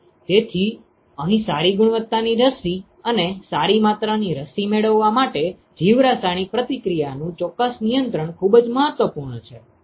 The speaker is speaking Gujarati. તેથી અહીં સારી ગુણવત્તાની રસી અને સારી માત્રાની રસી મેળવવા માટે જીવરાસાયણિક પ્રતિક્રિયાનું ચોક્કસ નિયંત્રણ ખૂબ જ મહત્વપૂર્ણ છે